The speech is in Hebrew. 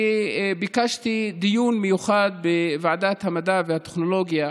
אני ביקשתי דיון מיוחד בוועדת המדע והטכנולוגיה: